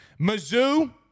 Mizzou